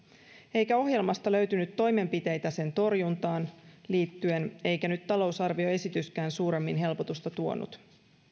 eikä ohjelmasta löytynyt toimenpiteitä sen torjuntaan liittyen eikä nyt talousarvioesityskään suuremmin helpotusta tuonut